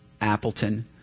Appleton